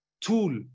tool